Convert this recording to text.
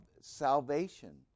salvation